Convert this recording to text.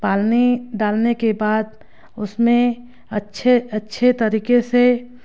पानी डालने के बाद उसमें अच्छे अच्छे तरीके से